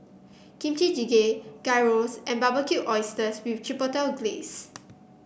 Kimchi Jjigae Gyros and Barbecued Oysters with Chipotle Glaze